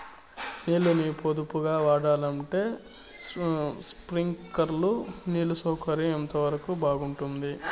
నీళ్ళ ని పొదుపుగా వాడాలంటే స్ప్రింక్లర్లు నీళ్లు సౌకర్యం ఎంతవరకు బాగుంటుంది?